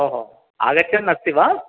ओहो आगच्छन् अस्ति वा